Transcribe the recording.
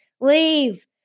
Leave